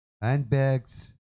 handbags